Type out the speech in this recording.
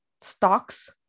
stocks